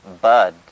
bud